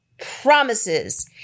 promises